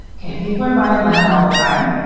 okay, people are buying land all the time.